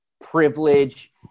privilege